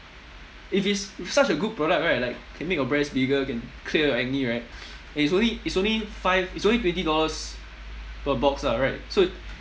if it's such a good product right like can make your breast bigger can clear your acne right and it's only it's only five it's only twenty dollars per box lah right so